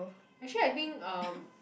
actually I think erm